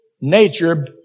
nature